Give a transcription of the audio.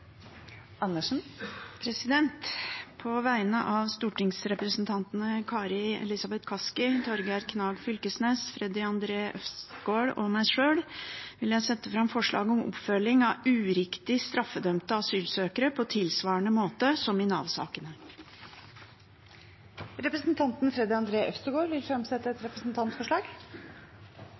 På vegne av stortingsrepresentantene Kari Elisabeth Kaski, Torgeir Knag Fylkesnes, Freddy André Øvstegård og meg sjøl vil jeg sette fram forslag om oppfølging av uriktig straffedømte asylsøkere på tilsvarende måte som i Nav-sakene. Representanten Freddy André Øvstegård vil fremsette et representantforslag.